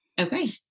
Okay